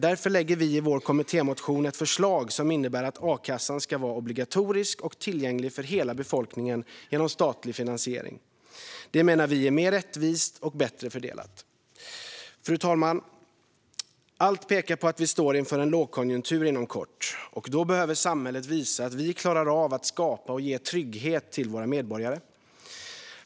Därför lägger vi i vår kommittémotion fram ett förslag som innebär att a-kassan ska vara obligatorisk och tillgänglig för hela befolkningen genom statlig finansiering. Detta menar vi är mer rättvist och ger en bättre fördelning. Fru talman! Allt pekar på att vi inom kort står inför en lågkonjunktur, och då behöver samhället visa att vi klarar av att skapa och ge trygghet till våra medborgare.